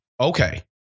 okay